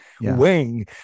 Wing